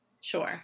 Sure